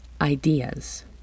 ideas